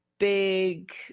big